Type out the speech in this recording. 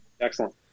Excellent